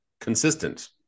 consistent